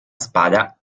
spada